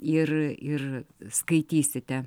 ir ir skaitysite